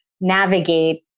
navigate